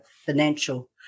financial